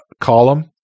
column